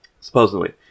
supposedly